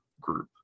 group